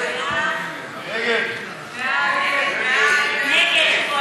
ההסתייגות של חבר הכנסת מאיר